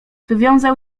wywiązał